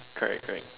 correct correct